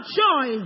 joy